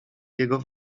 jego